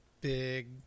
big